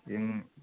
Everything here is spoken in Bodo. जों